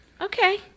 okay